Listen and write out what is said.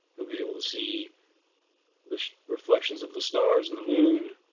he'll be able to see the reflections of the stars and the moon,